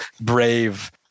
brave